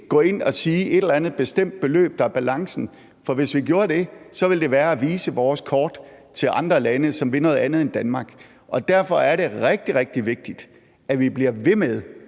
gå ind og sige et eller andet bestemt beløb, der er balancen, for hvis vi gjorde det, så ville det være at vise vores kort til andre lande, som vil noget andet end Danmark. Derfor er det rigtig, rigtig vigtigt, at vi bliver ved med